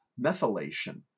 methylation